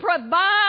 provide